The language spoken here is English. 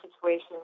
situation